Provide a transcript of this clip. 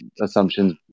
assumptions